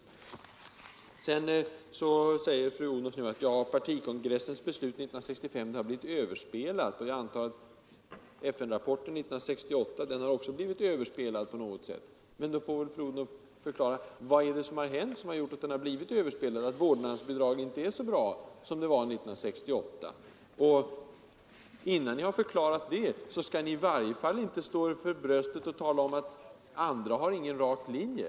Nr 60 Sedan säger fru Odhnoff nu att partikongressens beslut år 1965 blivit Onsdagen den överspelat på något sätt. Men fru Odhnoff får då förklara vad som har 4 april 1973 gjort att även FN-rapporten blivit överspelad och att det inte längre är så bra med vårdnadsbidragen som det var 1968. Innan ni förklarat det, skall ni i varje fall inte slå er för bröstet och tala om att andra inte har någon rak linje.